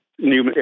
new